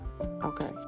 okay